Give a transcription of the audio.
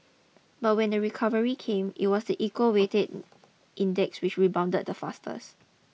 but when the recovery came it was the equal weighted index which rebounded the fastests